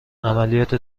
عملیات